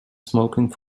smoking